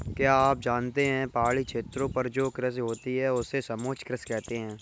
क्या आप जानते है पहाड़ी क्षेत्रों पर जो कृषि होती है उसे समोच्च कृषि कहते है?